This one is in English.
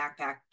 backpack